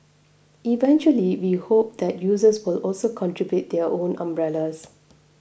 eventually we hope that users will also contribute their own umbrellas